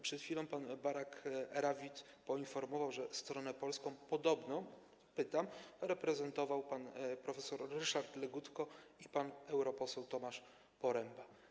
Przed chwilą pan Barak Ravid poinformował, że stronę polską podobno, pytam, reprezentował pan prof. Ryszard Legutko i pan europoseł Tomasz Poręba.